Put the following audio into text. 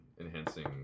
enhancing